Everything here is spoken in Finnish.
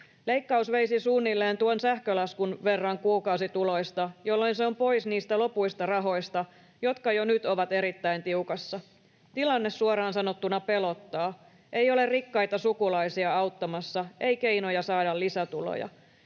Leikkaus veisi suunnilleen tuon sähkölaskun verran kuukausituloista, jolloin se on pois niistä lopuista rahoista, jotka jo nyt ovat erittäin tiukassa. Tilanne suoraan sanottuna pelottaa. Ei ole rikkaita sukulaisia auttamassa, ei keinoja saada lisätuloja.